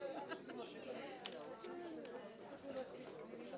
לא כל אחד יכול להיות חבר